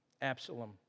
Absalom